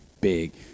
big